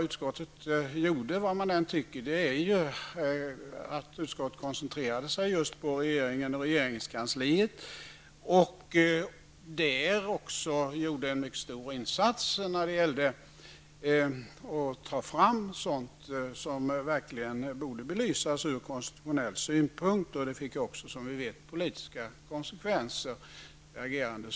Utskottet koncentrerade sig på regeringen och regeringskansliet och gjorde en mycket stor insats när det gällde att ta fram sådant som verkligen borde belysas ur konstitutionell synpunkt. Utskottets agerande fick också, som vi vet, politiska konsekvenser.